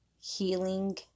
healing